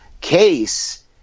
case